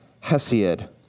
Hesiod